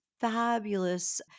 fabulous